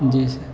جی سر